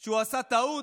שהוא עשה טעות,